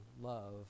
love